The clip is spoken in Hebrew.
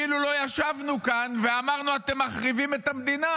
כאילו לא ישבנו כאן ואמרנו שאתם מחריבים את המדינה,